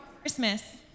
Christmas